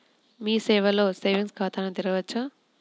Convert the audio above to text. మీ సేవలో సేవింగ్స్ ఖాతాను తెరవవచ్చా?